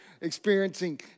experiencing